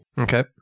Okay